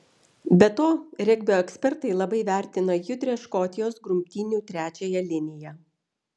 be to regbio ekspertai labai vertina judrią škotijos grumtynių trečiąją liniją